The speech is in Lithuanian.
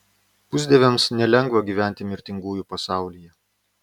pusdieviams nelengva gyventi mirtingųjų pasaulyje